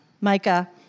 Micah